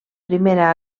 primera